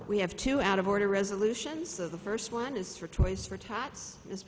we have two out of order resolutions so the first one is for toys for t